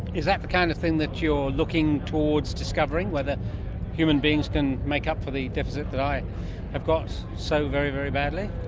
is that the kind of thing that you're looking towards discovering, whether human beings can make up for the deficit that i have got so very, very badly?